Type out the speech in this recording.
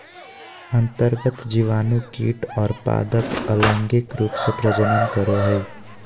अन्तर्गत जीवाणु कीट और पादप अलैंगिक रूप से प्रजनन करो हइ